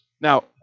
Now